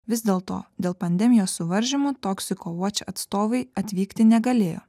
vis dėlto dėl pandemijos suvaržymų toxico watch atstovai atvykti negalėjo